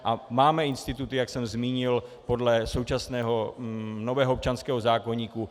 A máme instituty, jak jsem zmínil, podle současného nového občanského zákoníku.